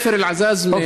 אלעזאזמה,